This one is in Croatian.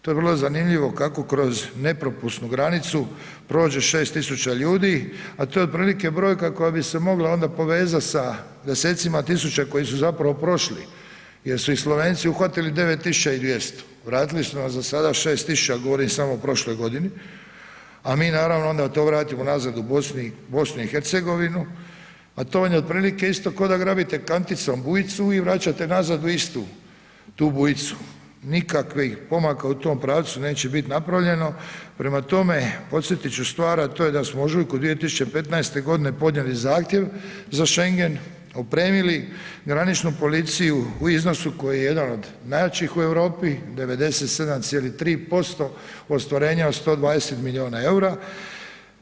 To je vrlo zanimljivo kako kroz nepropusnu granicu prođe 6 tisuća ljudi, a to je otprilike brojka koji se onda povezati sa desecima tisuća koji su zapravo prošli jer su ih Slovenci uhvatili 9200, vratili su nam za sada 6000, govorim samo o prošloj godini, a mi naravno to onda vratimo nazad u BiH, a to vam je otprilike isto koda grabite kanticom bujicu i vraćate nazad u istu tu bujicu, nikakvih pomaka u tom pravcu neće bit napravljeno, prema tome, podsjetit ću stvar, a to je da smo u ožujku 2015.g. podnijeli zahtjev za šengen, opremili graničnu policiju u iznosu koji je jedan od najjačih u Europi 97,3% ostvarenja od 120 milijuna EUR-a.